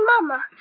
Mama